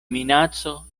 minaco